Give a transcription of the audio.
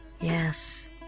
Yes